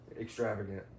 extravagant